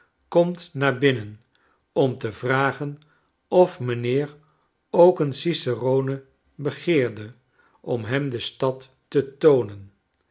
komt naar binnen om te vragen of mijnheer ook een cicerone begeerde om hem de stad te toonen